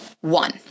one